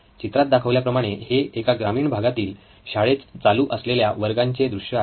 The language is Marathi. चित्रात दाखवल्या प्रमाणे हे एका ग्रामीण भागातील शाळेत चालू असलेल्या वर्गाचे दृश्य आहे